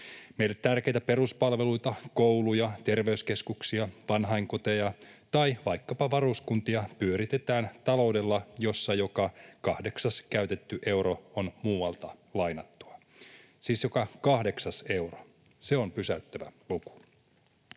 Meille tärkeitä peruspalveluita, kouluja, terveyskeskuksia, vanhainkoteja tai vaikkapa varuskuntia, pyöritetään taloudella, jossa joka kahdeksas käytetty euro on muualta lainattua — siis joka kahdeksas euro, se on pysäyttävä luku.